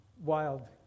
wild